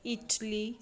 Italy